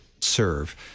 serve